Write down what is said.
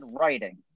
writing